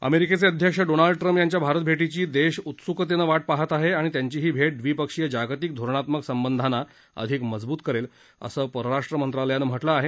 अमेरिकेचे अध्यक्ष Donald Trump यांच्या भारत भेटीची देश उत्स्कतेनं वाट पाहत आहे आणि त्यांची ही भेट दविपक्षीय जागतिक धोरणात्मक संबंधांना अधिक मजबूत करेल असं परराष्ट्र मंत्रालयानं म्हटलं आहे